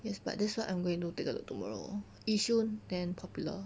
yes but that's what I'm going to take a look tomorrow yishun then Popular